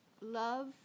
Love